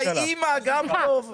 אימא זה גם טוב.